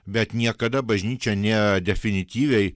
bet niekada bažnyčia nedefinityviai